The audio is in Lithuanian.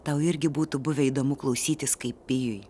tau irgi būtų buvę įdomu klausytis kaip pijui